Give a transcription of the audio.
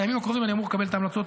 בימים הקרובים אני אמור לקבל ההמלצות.